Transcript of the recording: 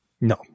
No